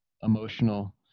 emotional